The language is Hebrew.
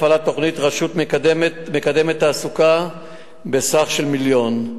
הפעלת תוכנית רשות מקדמת תעסוקה בסך מיליון שקל,